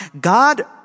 God